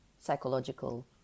psychological